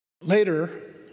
Later